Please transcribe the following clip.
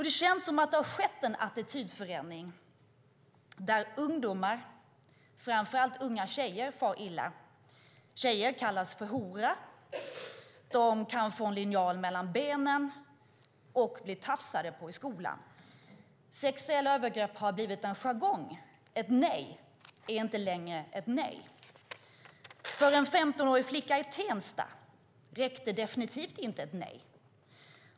Det känns som att det har skett en attitydförändring där ungdomar, framför allt unga tjejer, far illa. Tjejer kallas för hora. De kan få en linjal mellan benen, och de blir tafsade på i skolan. Sexuella övergrepp har blivit en jargong. Ett nej är inte längre ett nej. För en 15-årig flicka i Tensta räckte definitivt inte ett nej.